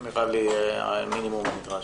זה נראה לי המינימום הנדרש.